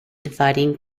dividing